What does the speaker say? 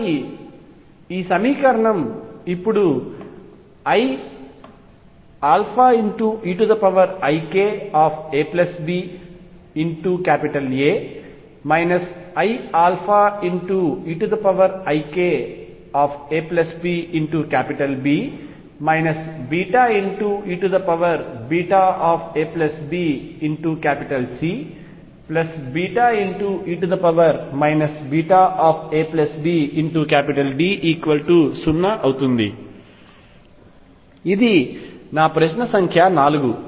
కాబట్టి ఈ సమీకరణం ఇప్పుడు iαeikabA iαeikabB eabCe βabD0 అవుతుంది ఇది నా ప్రశ్న సంఖ్య 4